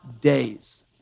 days